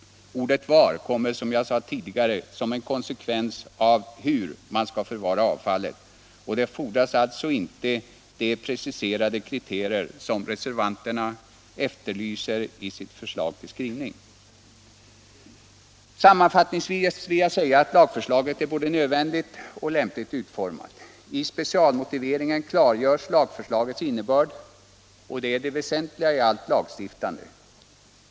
Ordet ”var” kommer som jag sade tidigare som en konsekvens av ”hur” man skall förvara avfallet, och det fordras alltså inte sådana preciserade kriterier som reservanterna efterlyser i sitt förslag till skrivning. Sammanfattningsvis vill jag säga att lagförslaget är både nödvändigt och lämpligt utformat. I specialmotiveringen klargörs lagförslagets innebörd, och det är det väsentliga i allt lagstiftande.